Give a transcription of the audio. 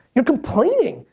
you're complaining!